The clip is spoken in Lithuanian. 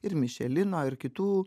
ir mišelino ir kitų